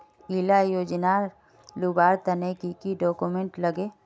इला योजनार लुबार तने की की डॉक्यूमेंट लगे?